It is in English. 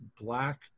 black